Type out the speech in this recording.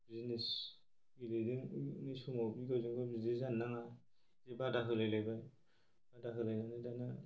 जिनिस ओरैनो बे समाव बे गावजोंगाव बिदि जानो नाङा जि बादा होलाय लायबाय बादा होलायनानै दाना